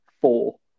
Four